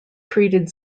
treated